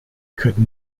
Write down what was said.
could